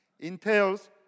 entails